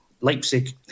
Leipzig